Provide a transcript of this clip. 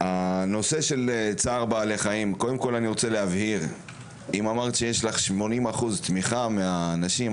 הנושא של צער בעלי חיים אם אמרת שיש לך 80% תמיכה מהאנשים,